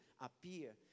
appear